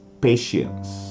patience